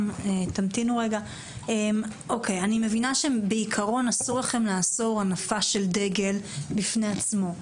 אני מבינה שבעקרון אסור לכם לאסור הנפה של דגל בפני עצמו.